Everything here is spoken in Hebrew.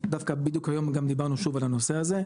דווקא בדיוק היום דיברנו שוב על הנושא הזה.